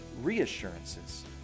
reassurances